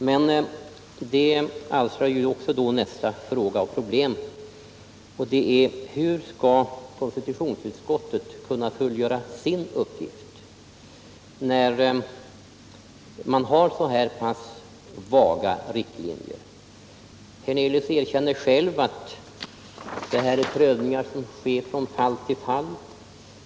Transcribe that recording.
Men det alstrar nästa fråga: Hur skall konstitutionsutskottet kunna fullgöra sin uppgift, när man har så här pass vaga riktlinjer? Allan Hernelius erkänner själv att det är fråga om prövningar som sker från fall till fall.